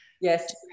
Yes